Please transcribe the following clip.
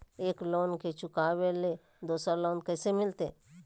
एक लोन के चुकाबे ले दोसर लोन कैसे मिलते?